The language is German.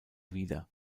wieder